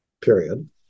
period